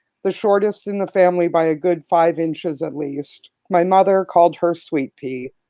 the shortest in the family by a good five inches at least. my mother called her sweet pea.